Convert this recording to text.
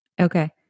Okay